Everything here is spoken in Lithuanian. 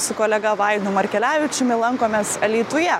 su kolega vaidu markelevičiumi lankomės alytuje